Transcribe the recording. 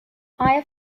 higher